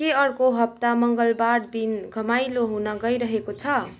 के अर्को हप्ता मङ्गलबार दिन घमाइलो हुन गइरहेको छ